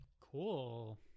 Cool